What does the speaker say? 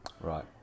right